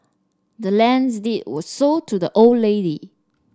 the land's deed was sold to the old lady